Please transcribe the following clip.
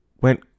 went